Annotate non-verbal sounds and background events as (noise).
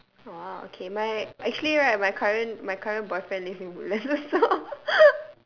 oh !wow! okay my actually right my current my current boyfriend lives in woodlands also (laughs)